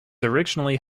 originally